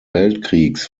weltkriegs